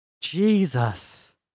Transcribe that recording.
Jesus